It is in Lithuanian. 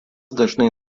dažnai